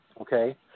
Okay